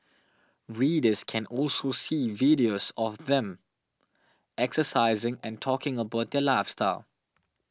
readers can also see videos of them exercising and talking about their lifestyle